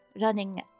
running